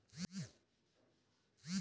जैविक खेती मे भारत के स्थान पहिला रहल बा